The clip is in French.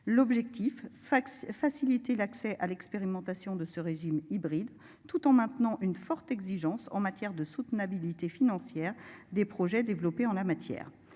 L'objectif, Fax, faciliter l'accès à l'expérimentation de ce régime hybride, tout en maintenant une forte exigence en matière de soutenabilité financière des projets développés en la matière.